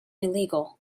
illegal